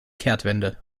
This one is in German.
kehrtwende